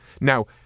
Now